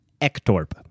Ektorp